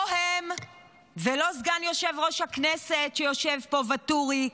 לא הם ולא סגן יושב-ראש הכנסת, שיושב פה, ואטורי,